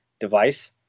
device